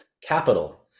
capital